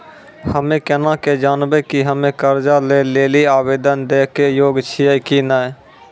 हम्मे केना के जानबै कि हम्मे कर्जा लै लेली आवेदन दै के योग्य छियै कि नै?